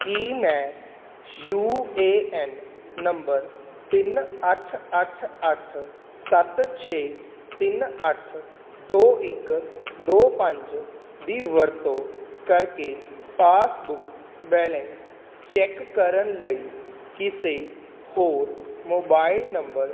ਕੀ ਮੈਂ U A N number ਤਿੰਨ ਅੱਠ ਅੱਠ ਅੱਠ ਸੱਤ ਛੇ ਤਿੰਨ ਅੱਠ ਦੋ ਇੱਕ ਦੋ ਪੰਜ ਦੀ ਵਰਤੋਂ ਕਰਕੇ ਪਾਸਬੁੱਕ ਬੈਲੇਂਸ ਚੈੱਕ ਕਰਨ ਲਈ ਕਿਸੇ ਹੋਰ ਮੋਬਾਈਲ ਨੰਬਰ